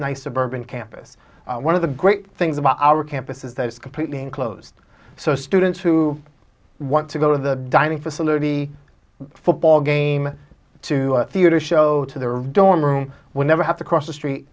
nice suburban campus one of the great things about our campus is that it's completely enclosed so students who want to go to the dining facility football game to theater show to their dorm room will never have to cross the street